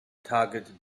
target